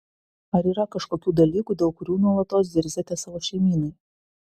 ar yra kažkokių dalykų dėl kurių nuolatos zirziate savo šeimynai